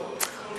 אזהרה, כרטיס צהוב.